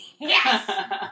Yes